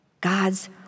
God's